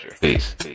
Peace